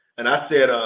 and i said, ah